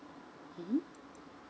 (uh huh)